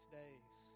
days